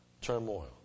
turmoil